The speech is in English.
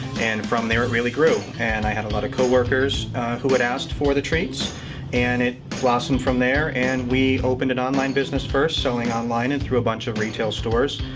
and from there it really grew. and i had a lot of coworkers who would ask for the treats and it blossomed from there. and we opened an online business first, selling online and through a bunch of retail stores.